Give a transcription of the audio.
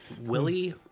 Willie